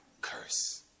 curse